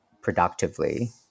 productively